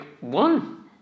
one